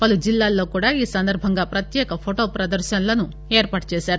పలు జిల్లాల్లో కూడా ఈసందర్బంగా ప్రత్యేక ఫొటో పదర్భనలను ఏర్పాటు చేశారు